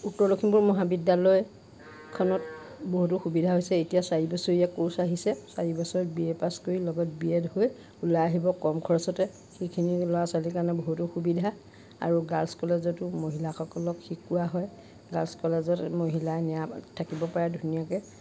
উত্তৰ লখিমপুৰ মহাবিদ্যালয়খনত বহুতো সুবিধা হৈছে এতিয়া চাৰি বছৰীয়া কৰ্চ আহিছে চাৰি বছৰত বি এ পাচ কৰি লগত বি এড হৈ ওলাই আহিব কম খৰছতে সেইখিনি ল'ৰা ছোৱালীৰ কাৰণে বহুতো সুবিধা আৰু গাৰ্লছ কলেজতো মহিলাসকলক শিকোৱা হয় গাৰ্লছ কলেজত মহিলাই থাকিব পাৰে ধুনীয়াকৈ